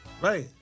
Right